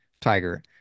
tiger